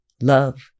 love